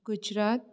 Gujarat